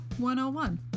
101